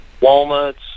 Walnuts